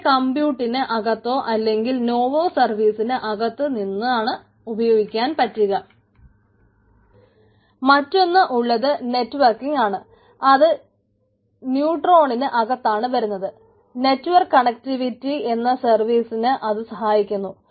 ഇതിനെ കമ്പ്യൂട്ടിന് അകത്തോ അല്ലെങ്കിൽ നോവോ സർവീസിന് അകത്തു നിന്നാണ് ഉപയോഗിക്കാൻ പറ്റുക മറ്റൊന്ന് ഉള്ളത് നെറ്റ്വർക്കിംഗ് അത് സഹായിക്കുന്നു